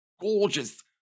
gorgeous